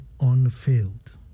unfilled